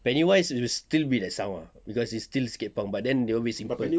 penny wise will still be that sound ah cause it's still skate punk but then they always seek